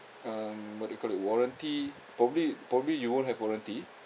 um what do you call it warranty probably probably you won't have warranty